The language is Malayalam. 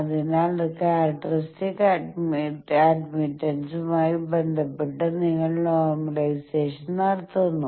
അതിനാൽ ക്യാരക്ടറിസ്റ്റിക്സ് അഡ്മിറ്റൻസുമായി ബന്ധപ്പെട്ട് നിങ്ങൾ നോർമലൈസേഷൻ നടത്തുന്നു